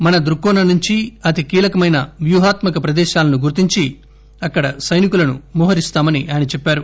మన దృక్కోణం నుంచి అతి కీలకమైన వ్యూహాత్మక ప్రదేశాలను గుర్తించి అక్కడ సైనికులను మోహరిస్తున్నట్లు ఆయన చెప్పారు